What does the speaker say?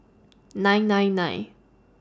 nine nine nine